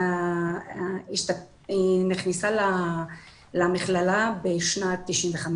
היא נכנסה למכללה בשנת 95',